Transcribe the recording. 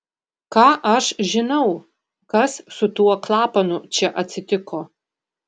ką aš žinau kas su tuo klapanu čia atsitiko